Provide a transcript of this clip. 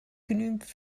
genügend